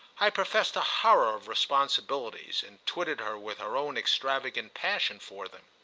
i professed a horror of responsibilities and twitted her with her own extravagant passion for them.